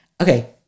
Okay